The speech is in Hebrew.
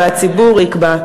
והציבור יקבע.